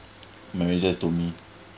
manager has told me